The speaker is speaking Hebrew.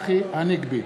הנגבי,